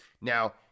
Now